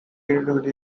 relativity